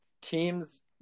team's